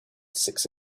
six